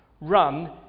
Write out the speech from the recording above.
Run